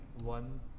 one